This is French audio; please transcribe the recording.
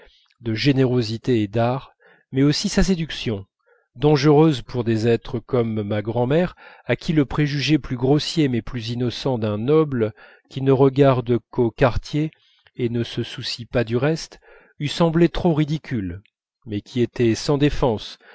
de générosité et d'art mais aussi sa séduction dangereuse pour des êtres comme ma grand'mère à qui le préjugé plus grossier mais plus innocent d'un noble qui ne regarde qu'aux quartiers et ne se soucie pas du reste eût semblé trop ridicule mais qui était sans défense